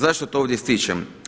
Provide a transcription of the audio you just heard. Zašto to ovdje ističem?